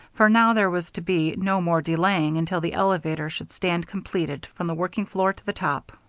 for now there was to be no more delaying until the elevator should stand completed from the working floor to the top,